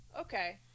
okay